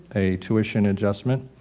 a tuition adjustment,